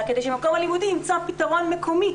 כדי שמקום הלימודים ימצא פתרון מקומי,